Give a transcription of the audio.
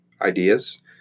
ideas